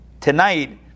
Tonight